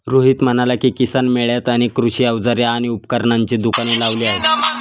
रोहित म्हणाला की, किसान मेळ्यात अनेक कृषी अवजारे आणि उपकरणांची दुकाने लावली आहेत